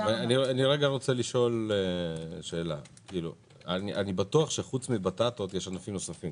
אני בטוח שמלבד בטטות יש ענפים נוספים,